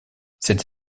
cette